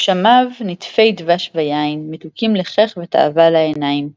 גשמיו – נטפי דבש ויין, מתוקים לחך ותאוה לעינים,